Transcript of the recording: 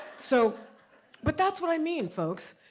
so but that's what i mean, folks.